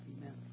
Amen